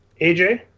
AJ